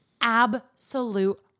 absolute